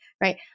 right